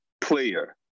player